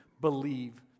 believe